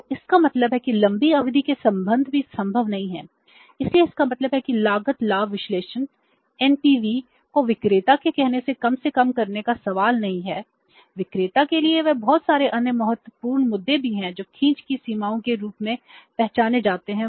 तो इसका मतलब है कि लंबी अवधि के संबंध भी संभव नहीं हैं इसलिए इसका मतलब है कि लागत लाभ विश्लेषण एनपीवी नहीं है